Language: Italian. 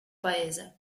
paese